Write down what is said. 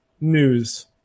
News